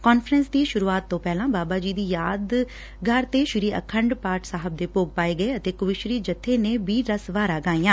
conference ਦੀ ਸੁਰੂਆਤ ਤੋ ਪਹਿਲਾਂ ਬਾਬਾ ਜੀ ਦੀ ਯਾਦਗਾਰ ਤੇ ਸ੍ਰੀ ਆਖੰਡ ਪਾਠ ਸਾਹਿਬ ਦੇ ਭੋਗ ਪਾਏ ਗਏ ਅਤੇ ਕਵੀਸ਼ਰੀ ਜਥੇ ਨੇ ਬੀਰਰਸ ਵਾਰਾਂ ਗਈਆਂ